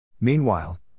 Meanwhile